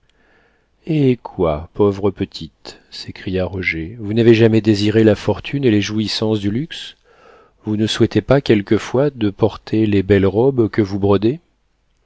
eh quoi pauvre petite s'écria roger vous n'avez jamais désiré la fortune et les jouissances du luxe vous ne souhaitez pas quelquefois de porter les belles robes que vous brodez